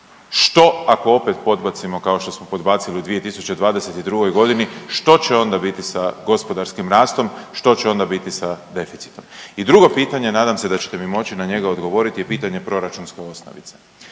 što ako opet podbacimo kao što smo podbacili u 2022. g., što će onda biti sa gospodarskim rastom, što će onda biti sa deficitom? I drugo pitanje, nadam se da ćete mi moći na njega odgovoriti je pitanje proračunske osnovice.